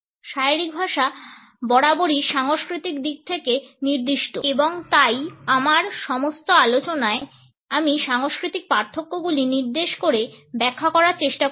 শারীরিক ভাষা বরাবরই সাংস্কৃতিক দিক থেকে নির্দিষ্ট এবং তাই আমার সমস্ত আলোচনায় আমি সাংস্কৃতিক পার্থক্যগুলি নির্দেশ করে ব্যাখ্যা করার চেষ্টা করেছি